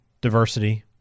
diversity